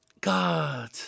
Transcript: God